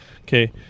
Okay